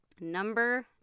Number